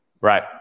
Right